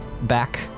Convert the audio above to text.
back